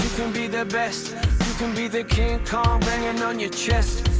can be the best you can be the king kong banging and on your chest